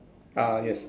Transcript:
ah yes